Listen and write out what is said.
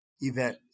event